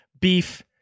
beef